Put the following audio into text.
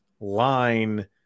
line